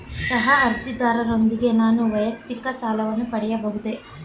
ಸಹ ಅರ್ಜಿದಾರರೊಂದಿಗೆ ನಾನು ವೈಯಕ್ತಿಕ ಸಾಲವನ್ನು ಪಡೆಯಬಹುದೇ?